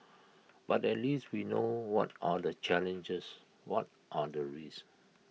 but at least we know what are the challenges what are the risks